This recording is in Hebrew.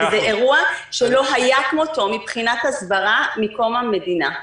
זה אירוע שלא היה כמותו מבחינת הסברה מקום המדינה.